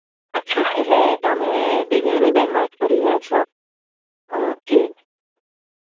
અચ્છા એટલે તમે દેવ્યાનીબેન વાત કરી રહ્યા છો ઓકે